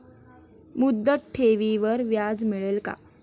मुदत ठेवीवर व्याज मिळेल का?